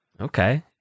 Okay